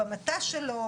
במטע שלו,